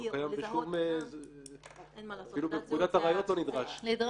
של מקבל שירות באמצעות טכנולוגיה המאפשרת זיהוי חזותי של מקבל